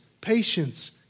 Patience